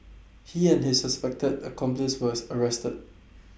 he and his suspected accomplice was arrested